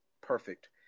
perfect